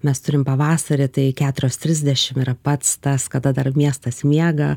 mes turim pavasarį tai keturios trisdešim yra pats tas kada dar miestas miega